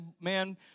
man